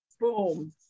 boom